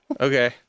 Okay